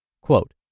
Quote